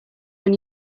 when